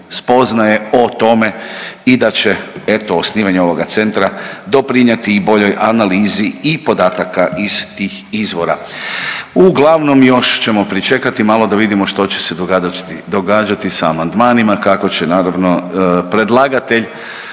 spoznaje o tome i da će eto osnivanje ovoga centra doprinijeti i boljoj analizi i podataka iz tih izvora. Uglavnom još ćemo pričekati malo da vidimo što će se događati sa amandmanima, kako će naravno predlagatelj